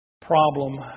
problem